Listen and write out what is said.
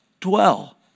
dwell